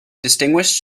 distinguished